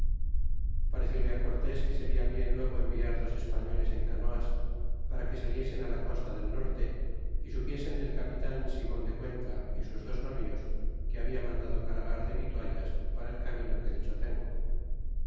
xicalango parecióle cortés que seria bien luego enviar dos españoles en canoas para que saliesen la costa del norte y supiesen del capitan simon de cuenca y sus dos navíos que había mandado cargar de vituallas para el camino que dicho tengo